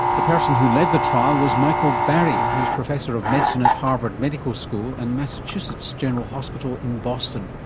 the person who led the trial was michael barry who's professor of medicine at harvard medical school and massachusetts general hospital in boston.